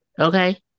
Okay